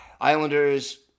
Islanders